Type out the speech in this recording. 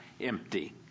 empty